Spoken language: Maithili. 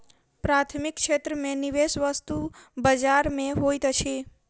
प्राथमिक क्षेत्र में निवेश वस्तु बजार में होइत अछि